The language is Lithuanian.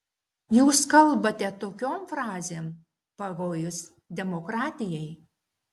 jūs kalbate tokiom frazėm pavojus demokratijai